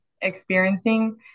experiencing